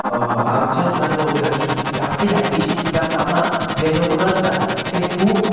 आमच्या सर भोंवतणी धाकटी धाकटीशीं सुद्दां कामां जे लोक करता ते खूब